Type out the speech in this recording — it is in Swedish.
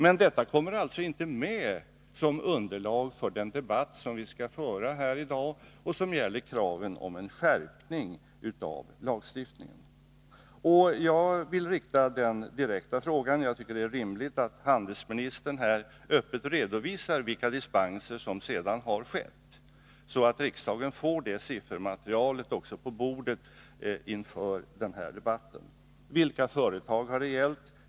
Men dessa kommer alltså inte med i underlaget för den debatt som vi skall föra här i dag och som gäller kraven om en skärpning av lagstiftningen. Jag vill direkt ställa frågan till handelsministern, för jag tycker att det är rimligt att han här öppet redovisar vilka dispenser som sedan har skett, så att riksdagen får också det siffermaterialet på bordet inför den här debatten: Vilka företag har det gällt?